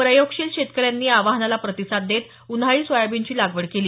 प्रयोगशील शेतकऱ्यांनी या आवाहनाला प्रतिसाद देत उन्हाळी सोयाबीनची लागवड केली